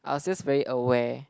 I was just very aware